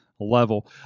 level